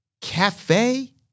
cafe